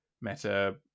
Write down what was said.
Meta